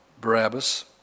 Barabbas